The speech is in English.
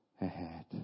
ahead